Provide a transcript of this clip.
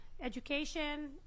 education